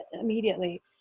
immediately